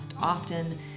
often